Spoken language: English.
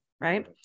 right